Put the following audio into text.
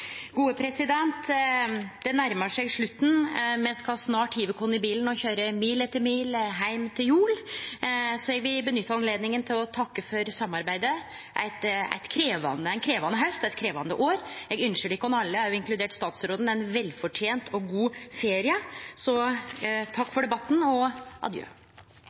Det nærmar seg slutten. Me skal snart hive oss i bilen og køyre «Mil etter mil», «Heim til jul». Eg vil nytte anledninga til å takke for samarbeidet i ein krevjande haust og eit krevjande år. Eg ynskjer dykk alle, inkludert statsråden, ein velfortent og god ferie. Så takk for debatten og